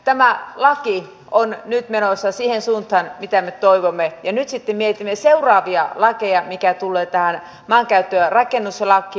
tämä laki on nyt menossa siihen suuntaan mitä me toivomme ja nyt sitten mietimme seuraavia lakeja mitä tulee tähän maankäyttö ja rakennuslakiin